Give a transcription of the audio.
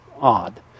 odd